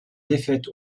défaite